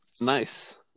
Nice